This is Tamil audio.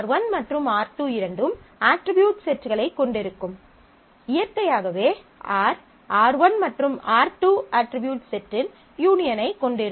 R1 மற்றும் R2 இரண்டும் அட்ரிபியூட் செட்களைக் கொண்டிருக்கும் இயற்கையாகவே R R1 மற்றும் R2 அட்ரிபியூட் செட்டின் யூனியனைக் கொண்டிருக்கும்